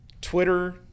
Twitter